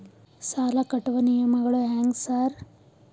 ಸಾಲ ಕಟ್ಟುವ ನಿಯಮಗಳು ಹ್ಯಾಂಗ್ ಸಾರ್?